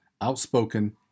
outspoken